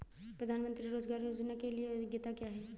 प्रधानमंत्री रोज़गार योजना के लिए योग्यता क्या है?